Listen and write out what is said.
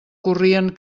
corrien